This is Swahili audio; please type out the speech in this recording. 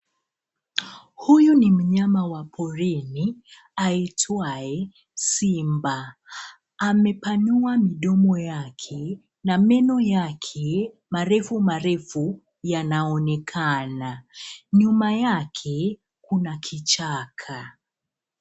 Huyu ni mnyama wa porini aitwaye simba. Amepanua mdomo yake na meno yake marefu marefu yanaonekana. Nyuma yake kuna kichaka.